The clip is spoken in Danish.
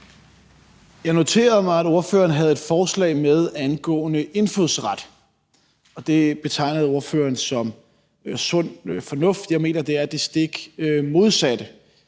Jeg noterede mig, at ordføreren havde et forslag med angående indfødsret, og det betegnede ordføreren som sund fornuft. Jeg mener, det er det stik modsatte.